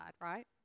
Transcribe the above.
right